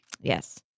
Yes